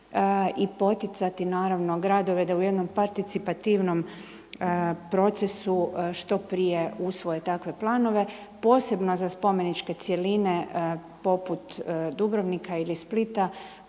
i poticati naravno gradove da u jednom participativnom procesu što prije usvoje takve planove posebno za spomeničke cjeline poput Dubrovnika ili Splita